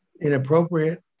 inappropriate